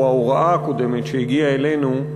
או ההוראה הקודמת שהגיעה אלינו,